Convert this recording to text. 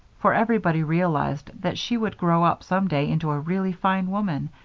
for everybody realized that she would grow up some day into a really fine woman,